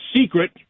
secret